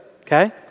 okay